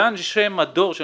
ואנשי מדור של